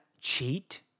cheat